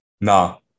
No